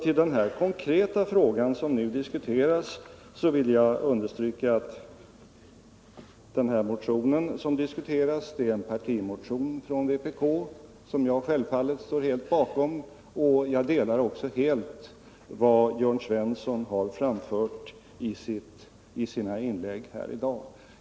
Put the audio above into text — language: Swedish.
I den konkreta frågan som nu diskuteras vill jag understryka att den motion som nu tas upp är en partimotion från vpk som jag självfallet helt står bakom. Jag delar också helt vad Jörn Svensson framfört i sina inlägg här i dag.